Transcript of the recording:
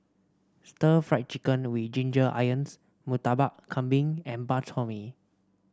Stir Fried Chicken with Ginger Onions Murtabak Kambing and Bak Chor Mee